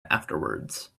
afterwards